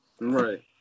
right